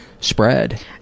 spread